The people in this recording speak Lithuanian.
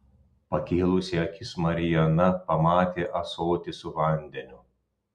pakėlusi akis mariana pamatė ąsotį su vandeniu